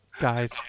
guys